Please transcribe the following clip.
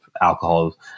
Alcohol